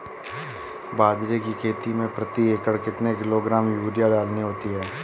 बाजरे की खेती में प्रति एकड़ कितने किलोग्राम यूरिया डालनी होती है?